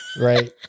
right